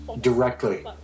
directly